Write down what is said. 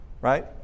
right